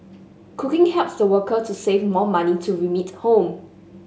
cooking helps the worker to save more money to remit home